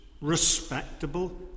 respectable